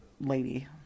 lady